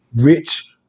Rich